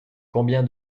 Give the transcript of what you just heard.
combien